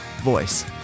voice